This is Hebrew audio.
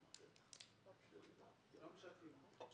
אנחנו פנינו גם לוועדה.